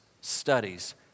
studies